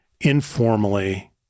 informally